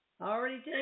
Already